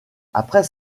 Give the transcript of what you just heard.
après